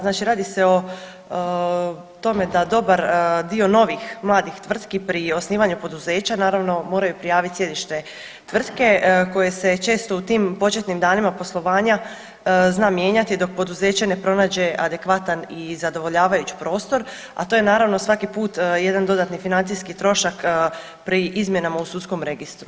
Znači radi se o tome da dobar dio novih mladih tvrtki pri osnivanju poduzeća naravno moraju prijavit sjedište tvrtke koje se često u tim početnim danima poslovanja zna mijenjati dok poduzeće ne pronađe adekvatan i zadovoljavajući prostor, a to je naravno svaki put jedan dodatni financijski trošak pri izmjenama u sudskom registru.